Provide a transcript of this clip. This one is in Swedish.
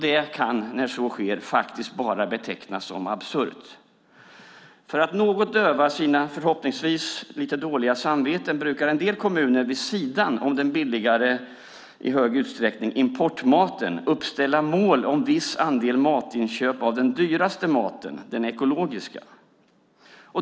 Det kan när så sker bara betecknas som absurt. För att något döva sitt förhoppningsvis lite dåliga samvete brukar en del kommuner vid sidan om den billigare och i stor utsträckning importerade maten uppställa mål om en viss andel matinköp av den dyraste maten, den ekologiska.